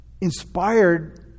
inspired